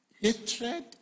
hatred